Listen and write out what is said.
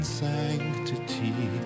sanctity